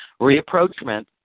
reapproachment